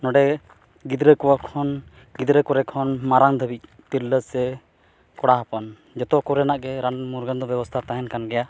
ᱱᱚᱰᱮ ᱜᱤᱫᱽᱨᱟᱹ ᱠᱚᱠᱷᱚᱱ ᱜᱤᱫᱽᱨᱟᱹ ᱠᱚᱨᱮ ᱠᱷᱚᱱ ᱢᱟᱨᱟᱝ ᱫᱷᱟᱹᱵᱤᱡ ᱛᱤᱨᱞᱟᱹ ᱥᱮ ᱠᱚᱲᱟ ᱦᱚᱯᱚᱱ ᱡᱚᱛᱚ ᱠᱚᱨᱮᱱᱟᱜ ᱜᱮ ᱨᱟᱱ ᱢᱩᱨᱜᱟᱹᱱ ᱫᱚ ᱵᱮᱵᱚᱥᱛᱟ ᱛᱟᱦᱮᱱ ᱠᱟᱱ ᱜᱮᱭᱟ